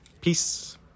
peace